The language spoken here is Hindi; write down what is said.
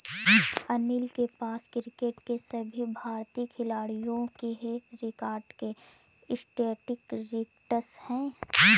अनिल के पास क्रिकेट के सभी भारतीय खिलाडियों के रिकॉर्ड के स्टेटिस्टिक्स है